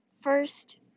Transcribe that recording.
First